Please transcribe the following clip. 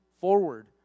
forward